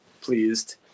pleased